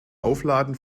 aufladen